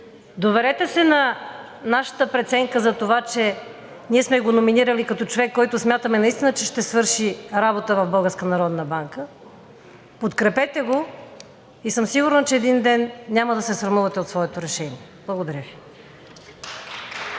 доверете се на нашата преценка за това, че ние сме го номинирали като човек, който смятаме, че наистина ще свърши работа в Българската народна банка, подкрепете го и съм сигурна, че един ден няма да се срамувате от своето решение. Благодаря Ви.